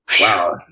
Wow